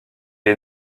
est